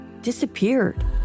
disappeared